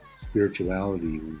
spirituality